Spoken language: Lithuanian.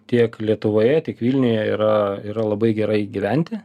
tiek lietuvoje tik vilniuje yra yra labai gerai gyventi